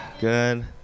Good